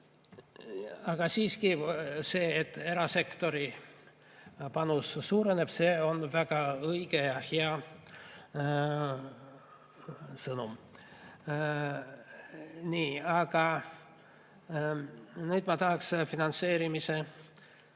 Aga siiski see, et erasektori panus suureneb, on väga õige ja hea sõnum. Nüüd ma tahaksin finantseerimise